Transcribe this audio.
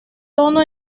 tono